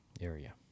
area